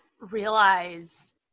realize